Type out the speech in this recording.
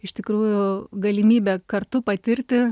iš tikrųjų galimybė kartu patirti